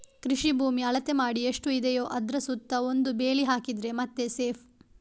ಕೃಷಿ ಭೂಮಿ ಅಳತೆ ಮಾಡಿ ಎಷ್ಟು ಇದೆಯೋ ಅದ್ರ ಸುತ್ತ ಒಂದು ಬೇಲಿ ಹಾಕಿದ್ರೆ ಮತ್ತೆ ಸೇಫ್